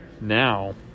Now